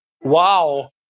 Wow